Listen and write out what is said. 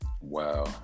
Wow